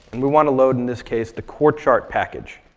and we want to load, in this case, the core chart package.